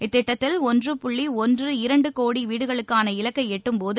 இத்திட்டத்தில் ஒன்று புள்ளி ஒன்று இரண்டு கோடி வீடுகளுக்கான இலக்கை எட்டும்போது